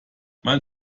man